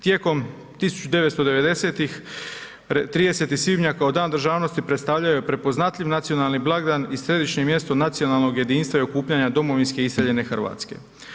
Tijekom 1990-ih, 30. svibnja kao Dan državnosti predstavljao je prepoznatljiv nacionalni blagdan i središnje mjesto nacionalnog jedinstva i okupljanja domovinske iseljene Hrvatske.